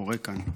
שקורה כאן.